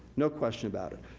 no question about it.